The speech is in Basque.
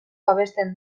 babesten